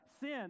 sin